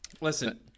Listen